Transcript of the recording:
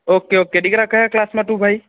okay okay દીકરા કયા ક્લાસમાં તું ભઈ